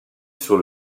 sur